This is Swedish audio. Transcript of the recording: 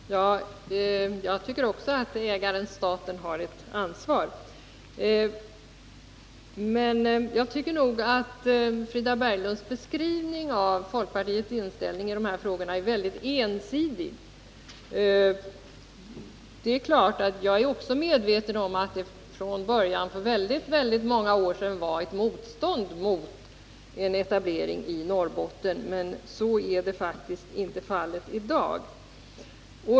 Fru talman! Jag tycker också att ägaren-staten har ett ansvar. Men jag anser att Frida Berglunds beskrivning av folkpartiets inställning i dessa frågor är väldigt ensidig. Jag är också medveten om att det från början — för väldigt många år sedan — förekom ett motstånd mot etablering i Norrbotten, men så är faktiskt inte fallet i dag.